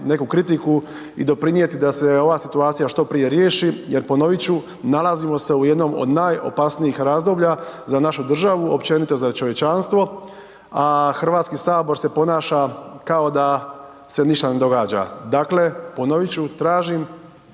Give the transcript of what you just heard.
neku kritiku i doprinijeti da se ova situacija što prije riješi jer, ponovit ću, nalazimo se u jednom od najopasnijih razdoblja za našu državu, općenito za čovječanstvo, a Hrvatski sabor se ponaša kao da se ništa ne događa. Dakle, ponovit ću, tražim